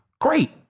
Great